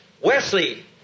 Wesley